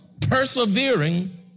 persevering